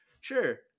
Sure